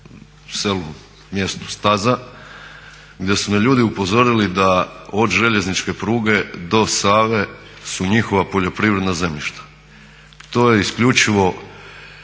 selu, mjestu Staza gdje su me ljudi upozorili da od željezničke pruge do Save su njihova poljoprivredna zemljišta. To je isključivo